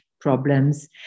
problems